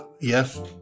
Yes